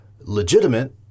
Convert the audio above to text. legitimate